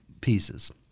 pieces